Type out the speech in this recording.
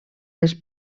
les